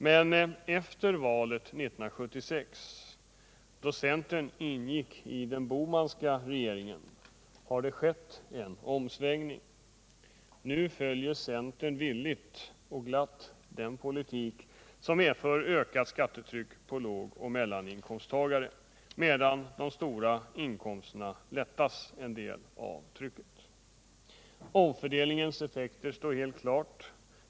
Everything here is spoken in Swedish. Men efter 1976, då centern ingick i den Bohmanska regeringen, har det skett en väldig omsvängning. Nu följer centern villigt och glatt en politik som medför ökat skattetryck på lågoch mellaninkomsttagare, medan de stora inkomsterna lättas på en del av trycket. Omfördelningens effekter står helt klara.